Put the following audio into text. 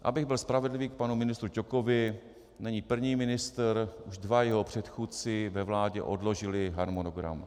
Abych byl spravedlivý k panu ministru Ťokovi, není první ministr, už dva jeho předchůdci ve vládě odložili harmonogram.